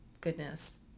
goodness